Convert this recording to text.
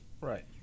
right